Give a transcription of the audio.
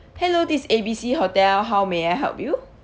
hello this is A B C hotel how may I help you